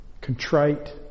contrite